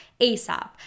ASAP